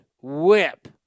Whip